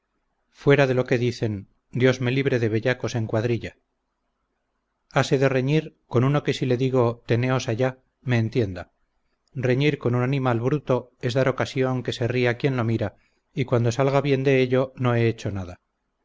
fuera de lo que dicen dios me libre de bellacos en cuadrilla hase de reñir con uno que si le digo teneos allá me entienda reñir con un animal bruto es dar ocasión que se ría quien lo mira y cuando salga bien de ello no he hecho nada